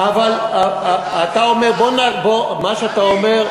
מה שאתה אומר,